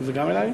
זה גם אלי?